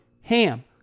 HAM